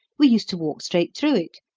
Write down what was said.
we used to walk straight through it.